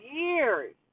years